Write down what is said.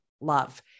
love